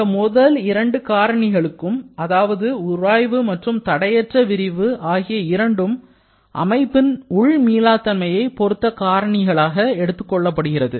இந்த முதல் இரண்டு காரணிகளும் அதாவது உராய்வு மற்றும் தடையற்ற விரிவு ஆகிய இரண்டும் அமைப்பின் உள் மீளாத்தன்மையை பொருத்த காரணங்களாக எடுத்துக்கொள்ளப்படுகிறது